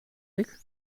week